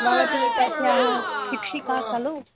भवती तस्याः शिक्षिका खलु